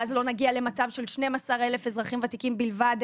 ואז לא נגיע למצב של 12,000 אזרחים ותיקים בלבד,